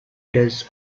does